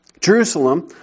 Jerusalem